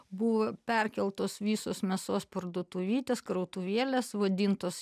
buvo perkeltos visos mėsos parduotuvytės krautuvėlės vadintos